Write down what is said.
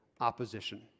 opposition